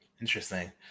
Interesting